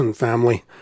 family